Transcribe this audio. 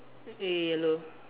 eh yellow